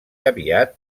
aviat